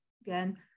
again